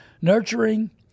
nurturing